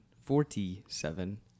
Forty-seven